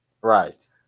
Right